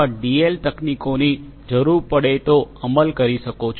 L તકનીકોની જરૂર પડે તો અમલ કરી શકો છો